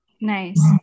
Nice